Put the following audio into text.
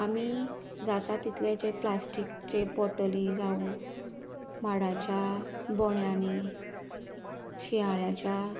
आमी जाता तितले जे प्लास्टिकचे बॉटल बी जावं माडाच्या बोंड्यांनी शिंयाळ्याच्या